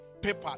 paper